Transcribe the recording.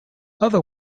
other